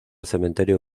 cementerio